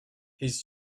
his